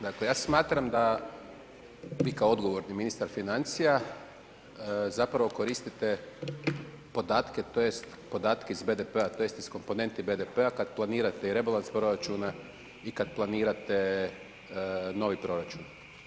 Dakle, ja smatram vi kao odgovorni ministar financija zapravo koristite podatke tj. podatke iz BDP-a, tj. iz komponenti BDP-a kad planirate i rebalans proračuna i kad planirate novi proračun.